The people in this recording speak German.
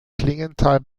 klingenthal